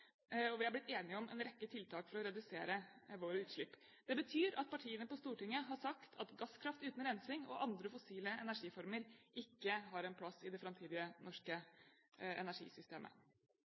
overfor. Vi er blitt enige om en rekke tiltak for å redusere våre utslipp. Det betyr at partiene på Stortinget har sagt at gasskraft uten rensing og andre fossile energiformer ikke har en plass i det framtidige norske energisystemet.